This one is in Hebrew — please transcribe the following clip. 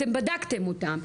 אתם בדקתם אותן,